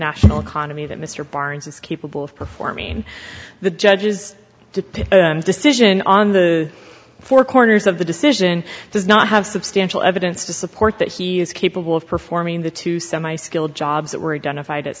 national economy that mr barnes is capable of performing the judges to decision on the four corners of the decision does not have substantial evidence to support that he is capable of performing the two semi skilled jobs that were identified